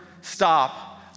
stop